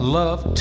love